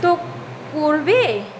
তো করবে